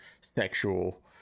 sexual